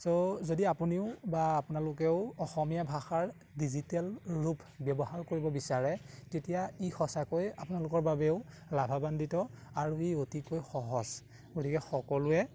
চ' যদি আপুনিও বা আপোনালোকেও অসমীয়া ভাষাৰ ডিজিটেল ৰূপ ব্যৱহাৰ কৰিব বিচাৰে তেতিয়া ই সঁচাকৈ আপোনালোকৰ বাবেও লাভৱান্বিত আৰু ই অতিকৈ সহজ গতিকে সকলোৱে